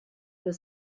were